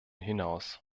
hinaus